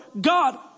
God